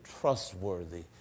trustworthy